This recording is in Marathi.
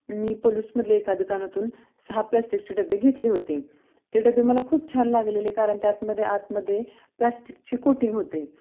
मी पलूसमधल्या एका दुकानातून सहा प्लॅस्टिकचे डबे घेतले होते ते डबे मला खूप छान लागलेले कारण त्यातमध्ये आतमध्ये प्लॅस्टिकचे कोटिंग होते